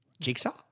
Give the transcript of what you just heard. Jigsaw